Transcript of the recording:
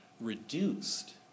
reduced